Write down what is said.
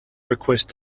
request